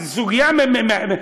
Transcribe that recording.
זו סוגיה מהממת.